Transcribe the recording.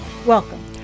Welcome